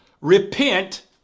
Repent